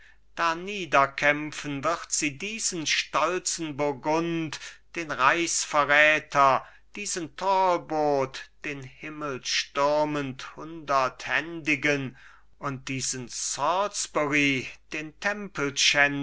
zerreißen darniederkämpfen wird sie diesen stolzen burgund den reichsverräter diesen talbot den himmelstürmend hunderthändigen und diesen salisbury den